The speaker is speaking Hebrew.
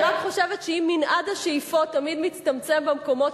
אני רק חושבת שאם מנעד השאיפות תמיד מצטמצם במקומות